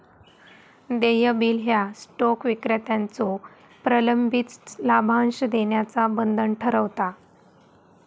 देय बिल ह्या स्टॉक विक्रेत्याचो प्रलंबित लाभांश देण्याचा बंधन ठरवता